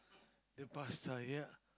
the pasta ya